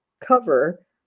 cover